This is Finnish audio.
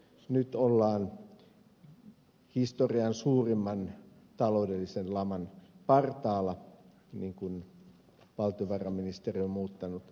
nyt ollaan historian suurimman taloudellisen laman partaalla niin kuin valtiovarainministeri on muuttanut näkemystään